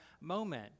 moment